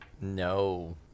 No